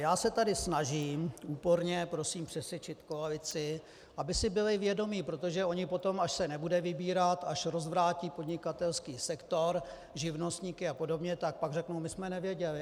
Já se tady snažím úporně prosím přesvědčit koalici, aby si byli vědomi, protože oni potom, až se nebude vybírat, až rozvrátí podnikatelský sektor, živnostníky apod., tak pak řeknou: my jsme nevěděli.